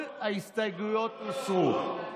כל ההסתייגויות הוסרו.